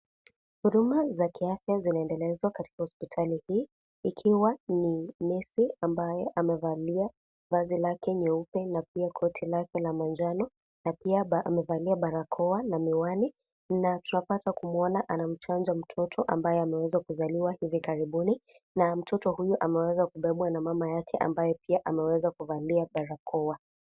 Huduma za kiafya zinaendelezwa katika hospitali hii, ikiwa ni nesi ambaye amevalia vazi lake nyeupe na pia koti lake la manjano, na pia amevalia barakoa na miwani, na tunapaswa kumwona anamchanja mtoto ambaye ameweza kuzaliwa hivi karibuni, na mtoto huyo ameweza kubebwa na mama yake ambaye pia ameweza kuvalia barakoa.